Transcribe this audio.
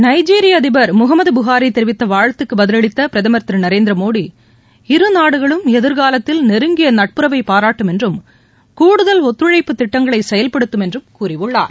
நைஜீரிய அதிபர் Muhammadu Buhari தெரிவித்த வாழ்த்துக்கு பதிலளித்த பிரதமர் திரு நரேந்திர மோடி இருநாடுகளும் எதிர்காலத்தில் நெருங்கிய நட்புறவை பாராட்டும் என்றும் கூடுதல் ஒத்துழழப்பு திட்டங்களை செயல்படுத்தும் என்றும் கூறியுள்ளார்